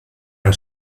ein